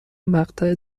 مقطع